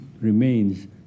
remains